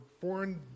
foreign